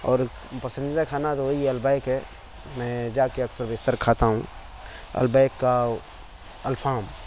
اور پسندیدہ کھانا تو وہی ہے البیک ہے میں جا کے اکثر بیشتر کھاتا ہوں البیک کا الفام